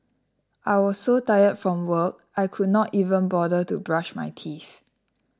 I was so tired from work I could not even bother to brush my teeth